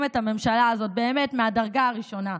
את הממשלה הזאת באמת מהדרגה הראשונה,